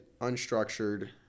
unstructured